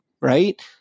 right